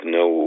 no